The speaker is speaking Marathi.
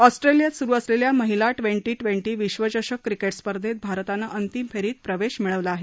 ऑस्ट्रेलियात सुरू असलेल्या महिला ट्वेटी ट्वेंटी विश्वचषक क्रिकेट स्पर्धेत भारतानं अंतिम फेरीत प्रवेश मिळवला आहे